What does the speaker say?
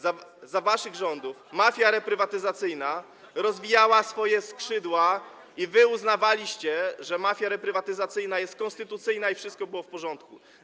Za waszych rządów mafia reprywatyzacyjna rozwijała swoje skrzydła i wy uznawaliście, że mafia reprywatyzacyjna jest konstytucyjna, i wszystko było w porządku.